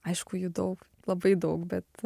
aišku jų daug labai daug bet